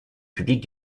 publique